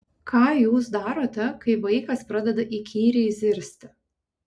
ką jūs darote kai vaikas pradeda įkyriai zirzti